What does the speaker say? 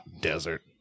desert